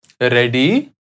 Ready